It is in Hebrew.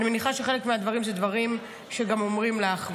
אני מניחה שחלק מהדברים אלה דברים שגם אומרים לך,